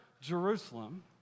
Jerusalem